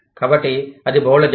కాబట్టి అది బహుళజాతి